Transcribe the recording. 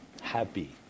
happy